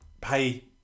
pay